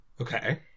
Okay